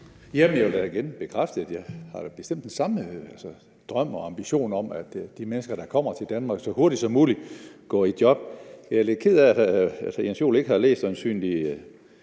Jeg vil da igen bekræfte, at jeg bestemt har den samme drøm og ambition om, at de mennesker, der kommer til Danmark, så hurtigt som muligt går i job. Jeg er lidt ked af, at hr. Jens Joel øjensynligt